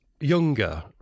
younger